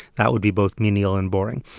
that would be both menial and boring.